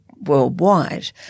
worldwide